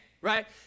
right